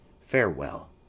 farewell